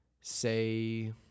say